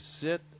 sit